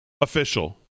official